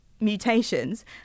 mutations